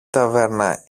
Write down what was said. ταβέρνα